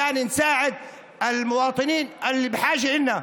כדי לעזור לתושבים שצריכים אותנו.